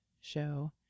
show